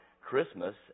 Christmas